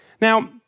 Now